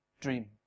dream